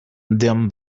then